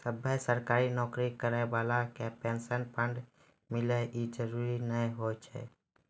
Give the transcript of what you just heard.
सभ्भे सरकारी नौकरी करै बाला के पेंशन फंड मिले इ जरुरी नै होय छै